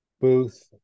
Booth